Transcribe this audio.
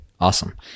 awesome